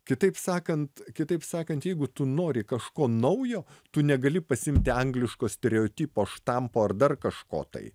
kitaip sakant kitaip sakant jeigu tu nori kažko naujo tu negali pasiimti angliško stereotipo štampo ar dar kažko tai